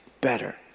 better